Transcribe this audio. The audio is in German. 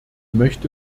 möchte